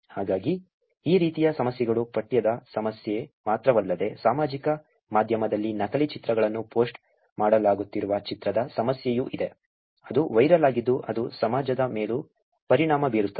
ಹಾಗಾಗಿ ಈ ರೀತಿಯ ಸಮಸ್ಯೆಗಳು ಪಠ್ಯದ ಸಮಸ್ಯೆ ಮಾತ್ರವಲ್ಲದೆ ಸಾಮಾಜಿಕ ಮಾಧ್ಯಮದಲ್ಲಿ ನಕಲಿ ಚಿತ್ರಗಳನ್ನು ಪೋಸ್ಟ್ ಮಾಡಲಾಗುತ್ತಿರುವ ಚಿತ್ರದ ಸಮಸ್ಯೆಯೂ ಇದೆ ಅದು ವೈರಲ್ ಆಗಿದ್ದು ಅದು ಸಮಾಜದ ಮೇಲೂ ಪರಿಣಾಮ ಬೀರುತ್ತದೆ